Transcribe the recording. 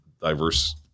diverse